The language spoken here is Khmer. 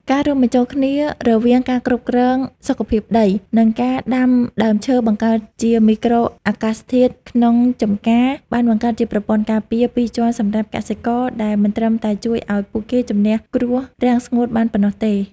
ការរួមបញ្ចូលគ្នារវាងការគ្រប់គ្រងសុខភាពដី និងការដាំដើមឈើបង្កើតជាមីក្រូអាកាសធាតុក្នុងចម្ការ បានបង្កើតជាប្រព័ន្ធការពារពីរជាន់សម្រាប់កសិករ ដែលមិនត្រឹមតែជួយឱ្យពួកគេជម្នះគ្រោះរាំងស្ងួតបានប៉ុណ្ណោះទេ។